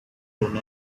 torn